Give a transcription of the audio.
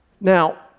Now